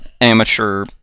amateur